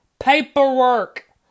paperwork